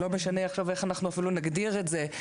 לא משנה עכשיו איך אנחנו אפילו נגדיר את זה,